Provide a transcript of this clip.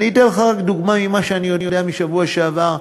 אני אתן לך רק דוגמה ממה שאני יודע מהשבוע שעבר.